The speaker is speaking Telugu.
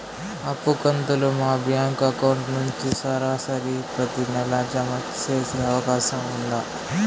అప్పు కంతులు మా బ్యాంకు అకౌంట్ నుంచి సరాసరి ప్రతి నెల జామ సేసే అవకాశం ఉందా?